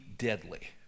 Deadly